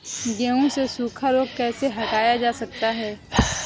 गेहूँ से सूखा रोग कैसे हटाया जा सकता है?